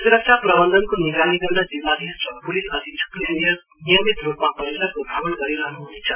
सुरक्षा प्रबन्धको निगरानी गर्न जिल्लाधीश र पुलिस अधिक्षकले नियमित रुपमाव परिसरको भ्रमण गरिरहनु हुनेछ